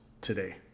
today